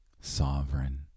sovereign